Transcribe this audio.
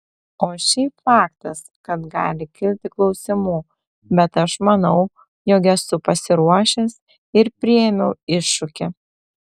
o šiaip faktas kad gali kilti klausimų bet aš manau jog esu pasiruošęs ir priėmiau iššūkį